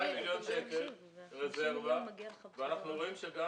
200 מיליון שקלים רזרבה ואנחנו רואים שגם